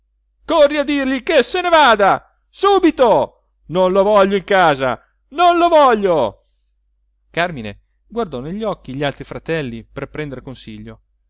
corri a dirgli che se ne vada subito non lo voglio in casa non lo voglio carmine guardò negli occhi gli altri fratelli per prender consiglio